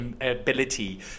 ability